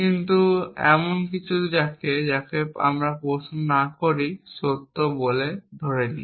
কিন্তু এমন কিছু যাকে আমরা প্রশ্ন না করেই সত্য বলে ধরে নিই